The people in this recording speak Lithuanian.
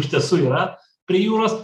iš tiesų yra prie jūros